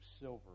silver